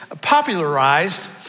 popularized